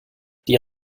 die